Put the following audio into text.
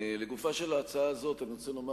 לגופה של ההצעה הזאת אני רוצה לומר